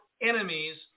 enemies